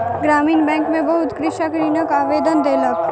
ग्रामीण बैंक में बहुत कृषक ऋणक आवेदन देलक